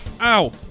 ow